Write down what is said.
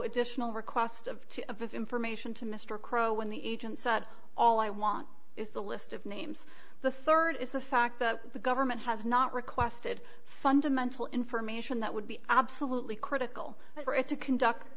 of information to mr crow when the agent said all i want is the list of names the rd is the fact that the government has not requested fundamental information that would be absolutely critical for it to conduct